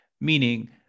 Meaning